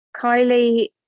kylie